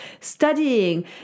studying